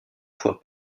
fois